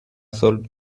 سال